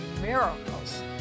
miracles